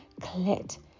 clit